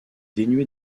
dénué